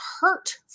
hurt